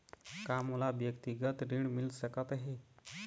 का मोला व्यक्तिगत ऋण मिल सकत हे?